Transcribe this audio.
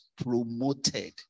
promoted